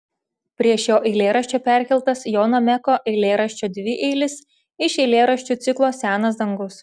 prie šio eilėraščio perkeltas jono meko eilėraščio dvieilis iš eilėraščių ciklo senas dangus